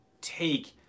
take